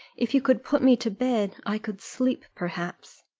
if you could put me to bed, i could sleep perhaps.